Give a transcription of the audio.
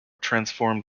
transformed